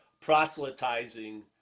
proselytizing